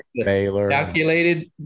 calculated